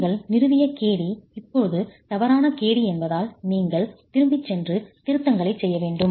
நீங்கள் நிறுவிய kd இப்போது தவறான kd என்பதால் நீங்கள் திரும்பிச் சென்று திருத்தங்களைச் செய்ய வேண்டும்